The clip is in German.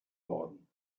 worden